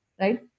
right